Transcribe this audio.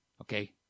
Okay